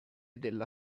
della